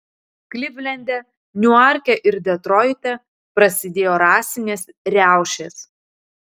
klivlende niuarke ir detroite prasidėjo rasinės riaušės